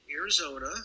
Arizona